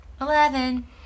Eleven